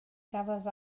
gafodd